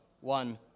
one